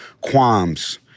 qualms